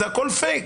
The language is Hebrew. זה הכול פייק.